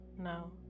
no